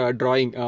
drawing